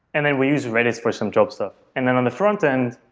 and then we use redis for some job stuff and then on the frontend,